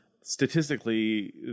statistically